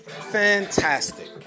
Fantastic